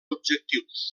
objectius